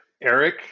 Eric